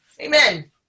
Amen